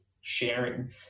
sharing